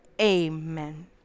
amen